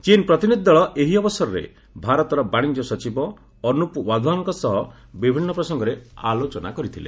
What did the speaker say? ଚୀନ୍ ପ୍ରତିନିଧି ଦଳ ଏହି ଅବସରରେ ଭାରତର ବାଶିଜ୍ୟ ସଚିବ ଅନୁପ ୱାଧୱାନ୍ଙ୍କ ସହିତ ବିଭିନ୍ନ ପ୍ରସଙ୍ଗରେ ଆଲୋଚନା କରିଥିଲେ